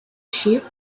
sheep